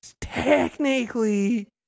technically